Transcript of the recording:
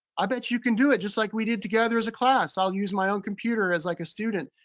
i bet you can do it, just like we did together as a class. i'll use my own computer as like a student,